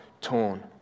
torn